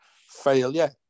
failure